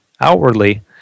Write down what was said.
outwardly